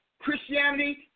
Christianity